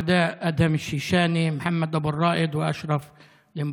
שיצאו ביום השבת ללקוט מן ולא